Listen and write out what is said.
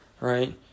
right